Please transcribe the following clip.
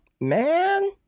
man